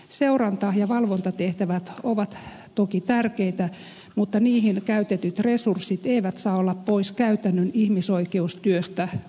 seuranta ja valvontatehtävät ovat toki tärkeitä mutta niihin käytetyt resurssit eivät saa olla pois käytännön ihmisoikeustyöstä kuntakenttätasolla